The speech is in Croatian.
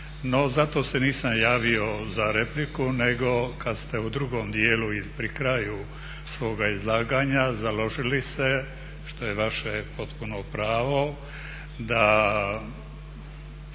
zato se nisam javio za repliku nego kad ste u drugom dijelu i pri kraju svoga izlaganja založili se, što je vaše potpuno pravo, da